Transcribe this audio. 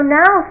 now